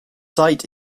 site